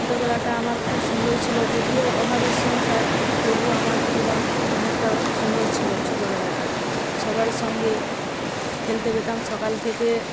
ছোটবেলাটা আমার খুব সুন্দরই ছিল যদিও অভাবের সংসার তবুও আমার জীবন অনেকটা সুন্দর ছিল ছোটবেলাটা সবার সঙ্গে খেলতে পেতাম সকাল থেকে